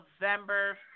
November